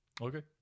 Okay